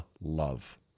love